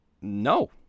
no